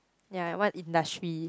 ya in what industry